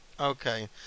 Okay